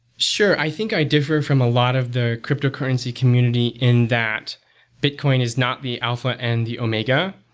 sure. i think i differ from a lot of the cryptocurrency community in that bitcoin is not the alpha and the omega.